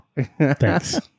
Thanks